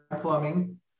plumbing